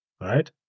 right